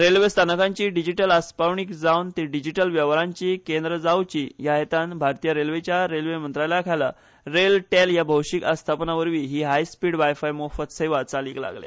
रेल्वेस्थानकांची डीजीटल आस्पावणी जावन ती डिजीटल वेव्हारांची केंद्राजावची ह्याहेतान भारतीय रेल्वेच्या रेल्व मंत्रालयाखाला रेल टॅल ह्या भौषीक आस्थापनावरवी ही हायस्पीड वायफाय मोफत सेवा चालीक लागल्या